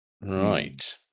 Right